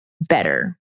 better